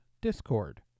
Discord